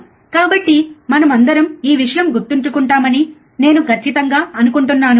కాబట్టి మనమందరం ఈ విషయం గుర్తుంచుకుంటామని నేను ఖచ్చితంగా అనుకుంటున్నాను